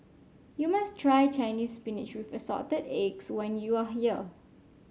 you must try Chinese Spinach with Assorted Eggs when you are here